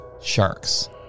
sharks